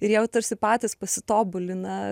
ir jie va tarsi patys pasitobulina